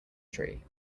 tree